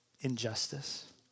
Injustice